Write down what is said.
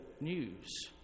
news